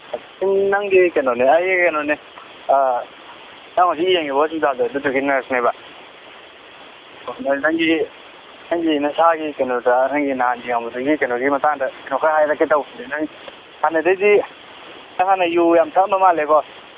ꯁꯇꯤꯟ ꯅꯪꯒꯤ ꯀꯩꯅꯣꯅꯦ ꯑꯩ ꯀꯩꯅꯣꯅꯦ ꯅꯪ ꯍꯧꯖꯤꯛ ꯌꯦꯡꯉꯤ ꯍꯣꯁꯄꯤꯇꯥꯜꯗꯣ ꯑꯗꯨꯗꯨꯒꯤ ꯅꯔꯁꯅꯦꯕ ꯑꯗꯣ ꯅꯪꯒꯤ ꯅꯪꯒꯤ ꯅꯁꯥꯒꯤ ꯀꯩꯅꯣꯗ ꯅꯪꯒꯤ ꯅꯍꯥꯟ ꯌꯦꯡꯕꯗꯨꯒꯤ ꯀꯩꯅꯣꯒꯤ ꯃꯇꯥꯡꯗ ꯀꯩꯅꯣ ꯈꯔ ꯍꯥꯏꯔꯛꯀꯦ ꯇꯧꯅꯤꯗ ꯅꯪ ꯍꯥꯟꯅꯗꯩꯗꯤ ꯅꯪ ꯍꯥꯟꯅ ꯌꯨ ꯌꯥꯝ ꯊꯛꯑꯝꯕ ꯃꯥꯜꯂꯦꯀꯣ